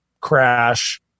crash